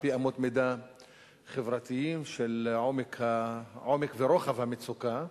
על-פי אמות מידה חברתיות של עומק ורוחב המצוקה.